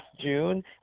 June